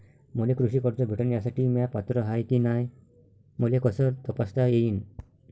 मले कृषी कर्ज भेटन यासाठी म्या पात्र हाय की नाय मले कस तपासता येईन?